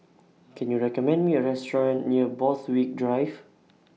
Can YOU recommend Me A Restaurant near Borthwick Drive